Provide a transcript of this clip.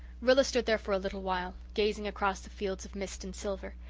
rilla stood there for a little while, gazing across the fields of mist and silver.